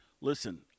Listen